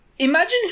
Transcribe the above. Imagine